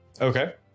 Okay